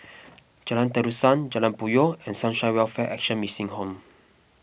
Jalan Terusan Jalan Puyoh and Sunshine Welfare Action Mission Home